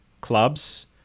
clubs